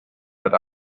that